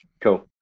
Cool